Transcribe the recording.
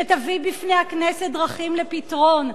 שתביא בפני הכנסת דרכים לפתרון,